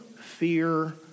fear